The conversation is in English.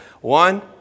One